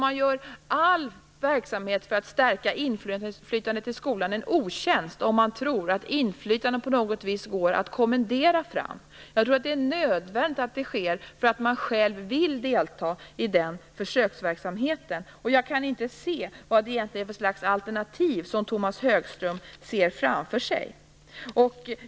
Man gör all verksamhet för att stärka inflytandet i skolan en otjänst om man tror att inflytandet på något vis går att kommendera fram. Det är nödvändigt att det sker därför att man själv vill delta i den försöksverksamheten. Jag kan inte se vad det är för slags alternativ som Tomas Högström ser framför sig.